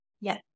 Yes